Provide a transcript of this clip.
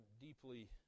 deeply